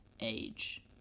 age